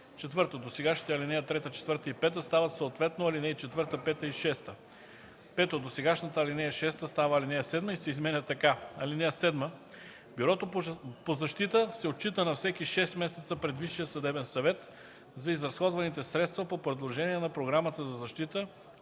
4. Досегашните ал. 3, 4 и 5 стават съответно ал. 4, 5 и 6. 5. Досегашната ал. 6 става ал. 7 и се изменя така: „(7) Бюрото по защита се отчита на всеки 6 месеца пред Висшия съдебен съвет за изразходваните средства по приложение на Програмата за защита